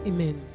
Amen